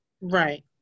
right